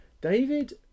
David